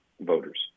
voters